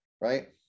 right